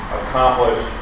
accomplish